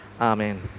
Amen